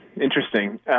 Interesting